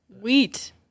Wheat